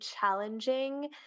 challenging